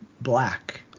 black